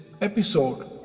episode